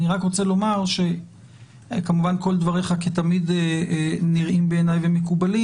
אני רק רוצה לומר שכמובן כל דבריך כתמיד נראים בעיניי ומקובלים.